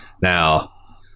Now